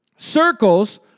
Circles